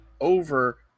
over